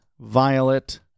violet